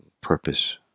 purpose